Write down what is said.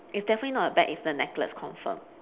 it's definitely not a bag it's a necklace confirm